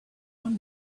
won